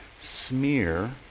smear